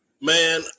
Man